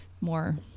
more